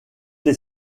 les